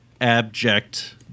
abject